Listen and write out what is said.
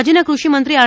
રાજયના કૃષિમંત્રી આર